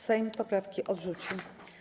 Sejm poprawki odrzucił.